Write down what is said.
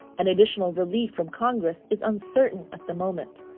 an additional relief from congress is uncertain at the moment.